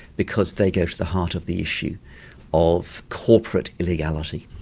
because they go to the heart of the issue of corporate illegality.